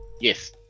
Yes